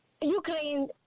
Ukraine